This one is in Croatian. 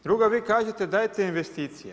Drugo, vi kažete dajte investicije.